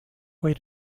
way